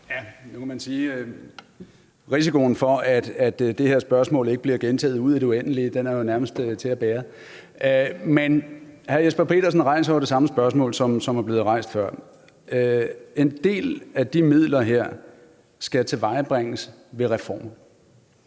(V): Nu kan man sige, at risikoen, ved at det her spørgsmål bliver gentaget ud i det uendelige, jo nærmest er til at bære. Hr. Jesper Petersen rejser jo det samme spørgsmål, som er blevet rejst før. En del af de her midler skal tilvejebringes ved reformer.